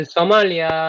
Somalia